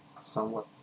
somewhat